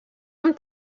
amb